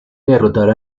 derrotar